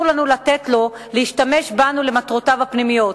לנו לתת לו להשתמש בנו למטרותיו הפנימיות.